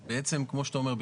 כמו שאתה אומר,